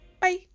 bye